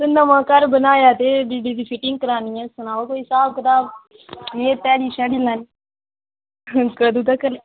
ते नमां घर बनाया ऐ ते बिजली फिटिंग करानी ऐ ते सनाओ कोई स्हाब कताब में ध्याड़ी लानी कदूं तगर